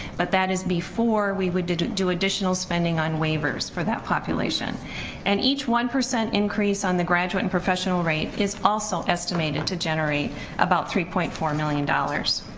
but that is before we would do do additional spending on waivers for that population and each one percent increase on the graduate and professional rate is also estimated to generate about three point four million dollars